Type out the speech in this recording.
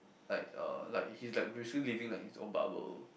like uh like he's like basically living like his own bubble